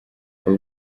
abo